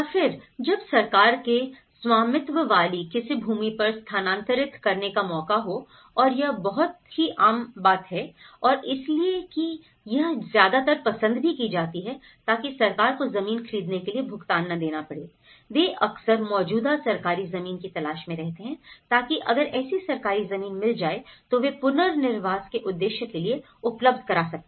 या फिर जब सरकार के स्वामित्व वाली किसी भूमि पर स्थानांतरित करने का मौका हो और यह बहुत हो आम बात है और इसलिए कि यह ज्यादातर पसंद भी की जाती है ताकि सरकार को ज़मीन खरीदने के लिए भुगतान न देना पड़े वे अक्सर मौजूदा सरकारी ज़मीन की तलाश में रहते हैं ताकि अगर ऐसी सरकारी ज़मीन मिल जाए तो वे पुनर्वास के उद्देश्य के लिए उपलब्ध करा सकते हैं